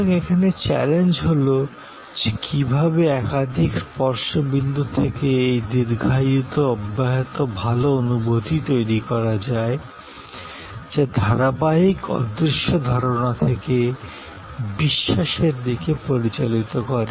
সুতরাং এখানে চ্যালেঞ্জ হল কী ভাবে একাধিক স্পর্শ বিন্দু থেকে এই দীর্ঘায়িত অব্যাহত ভাল অনুভূতি তৈরি করা যায় যা ধারাবাহিক অদৃশ্য ধারণা থেকে বিশ্বাসের দিকে পরিচালিত করে